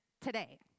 today